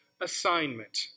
assignment